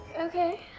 Okay